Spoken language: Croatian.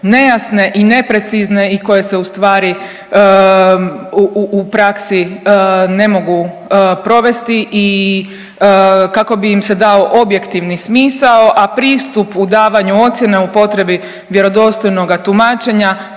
nejasne i neprecizne i koje se ustvari u praksi ne mogu provesti i kako bi im se dao objektivni smisao. A pristup u davanju ocjena u potrebi vjerodostojnoga tumačenja